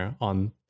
on